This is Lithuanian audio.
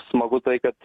smagu tai kad